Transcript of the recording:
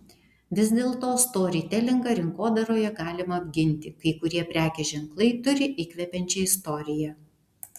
vis dėlto storytelingą rinkodaroje galima apginti kai kurie prekės ženklai turi įkvepiančią istoriją